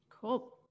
Cool